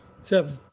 Seven